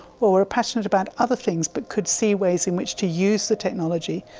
or were passionate about other things but could see ways in which to use the technology,